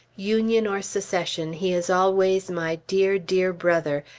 union or secession, he is always my dear, dear brother,